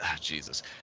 Jesus